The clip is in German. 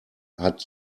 hat